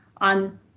on